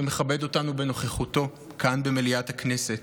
ומכבד אותנו בנוכחותו כאן במליאת הכנסת.